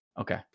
Okay